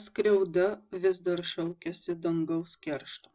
skriauda vis dar šaukiasi dangaus keršto